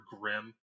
grim